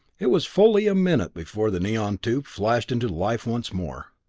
it was fully a minute before the neon tube flashed into life once more.